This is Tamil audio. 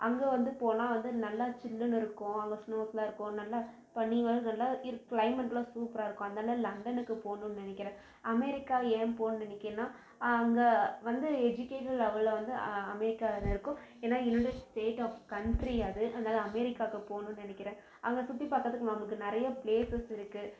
அங்கே வந்து போனால் வந்து நல்லா சில்லுன்னு இருக்கும் அங்கே ஸ்னோலாம் இருக்கும் நல்லா பனி மாதிரி நல்லா இருக் கிளைமேட்லாம் சூப்பராக இருக்கும் அதனால லண்டனுக்கு போணுன்னு நினைக்கிறேன் அமெரிக்கா ஏன் போக நினைக்கிறனா அங்கே வந்து எஜிகேஷன் லெவலில் வந்து அமெரிக்கா நல்லாயிருக்கும் ஏன்னா யுனைடெட் ஸ்டேட் ஆஃப் கன்ட்ரி அது அதனால அமெரிக்காவுக்கு போணுன்னு நினைக்கிறேன் அங்கே சுற்றி பாக்கிறத்துக்கு நமக்கு நிறைய பிளேசஸ் இருக்கு